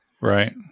Right